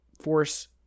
force